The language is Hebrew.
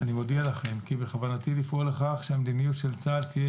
אני מודיע לכם כי בכוונתי לפעול לכך שהמדיניות של צה"ל תהיה